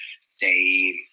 stay